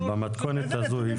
מתכונת הזאת אי אפשר.